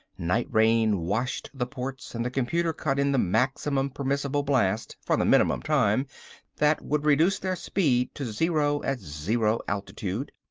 night rain washed the ports and the computer cut in the maximum permissible blast for the minimum time that would reduce their speed to zero at zero altitude.